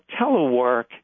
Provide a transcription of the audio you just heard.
telework